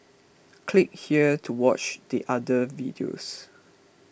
click here to watch the other videos